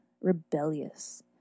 rebellious